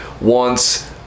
wants